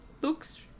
looks